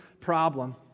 problem